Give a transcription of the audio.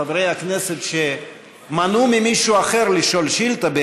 חברי הכנסת שמנעו ממישהו אחר לשאול שאילתה,